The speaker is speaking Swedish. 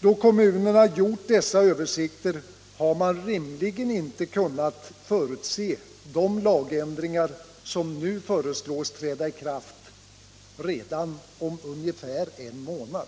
Då kommunerna gjort dessa översikter har man rimligen inte kunnat förutse de lagändringar som nu föreslås träda i kraft redan om ungefär en månad.